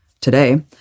Today